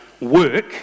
work